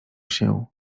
się